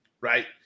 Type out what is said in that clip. right